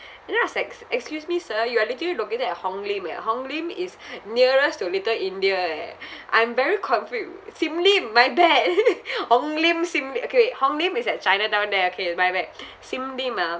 you know I was likes excuse me sir you are literally located at hong lim eh hong lim is nearest to little india eh I'm very confused sim lim my bad hong lim sim li~ okay wait hong lim is at chinatown there okay it's my bad sim lim ah